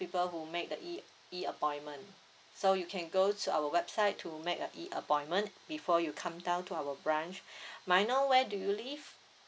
people who make the E E appointment so you can go to our website to make a E appointment before you come down to our branch may I know where do you live